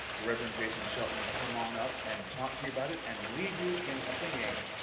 the reverend jason shelton, to come on up and talk to you about it and lead you in singing,